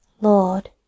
Lord